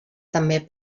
també